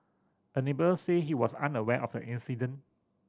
a neighbour said he was unaware of the incident